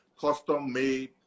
custom-made